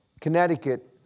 Connecticut